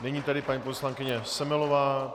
Nyní tedy paní poslankyně Semelová.